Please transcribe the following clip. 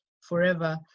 forever